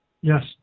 Yes